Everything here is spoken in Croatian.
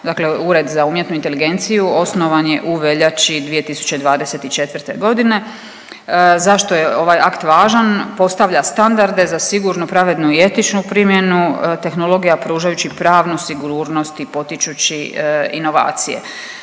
dakle Ured za umjetnu inteligenciju osnovan je u veljači 2024.g.. Zašto je ovaj akt važan? Postavlja standarde za sigurnu, pravednu i etičnu primjenu tehnologija pružajući pravnu sigurnost i potičući inovacije.